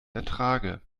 ertrage